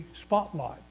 spotlight